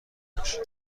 باشی